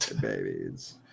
babies